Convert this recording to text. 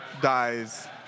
dies